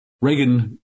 Reagan